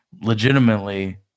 legitimately